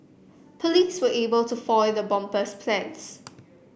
police were able to foil the bomber's plans